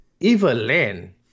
Evelyn